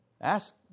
ask